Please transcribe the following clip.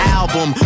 album